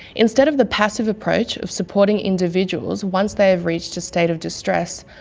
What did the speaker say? instead of the passive approach of supporting individuals once they have reached a state of distress,